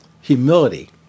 humility